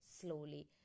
slowly